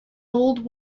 old